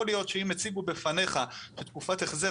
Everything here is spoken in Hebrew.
יכול להיות שאם הציגו בפניך שתקופת החזר